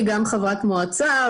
חברת מועצה,